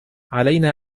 علينا